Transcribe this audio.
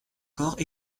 corps